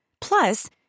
Plus